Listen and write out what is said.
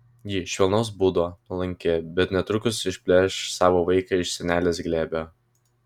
ji švelnaus būdo nuolanki bet netrukus išplėš savo vaiką iš senelės glėbio